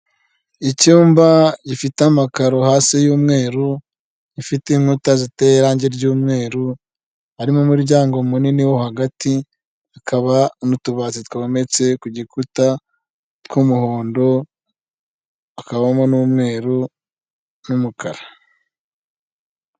Aba rero urabona ko bambaye amakarita ndetse n'imyenda, bisa n'aho hari inama bari bitabiriye yiga ku bibazo runaka biba byugarije abaturage cyangwa biba byugarije igihugu, biterwa n'ingingo nyamukuru ihari.